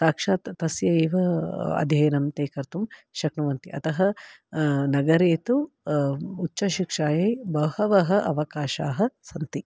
साक्षात् तस्य एव अध्ययनं ते कर्तुं शक्नुवन्ति अतः नगरे तु उच्चशिक्षायै बहवः अवकाशाः सन्ति